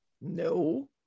no